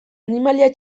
animalia